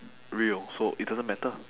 real so it doesn't matter